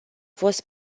fost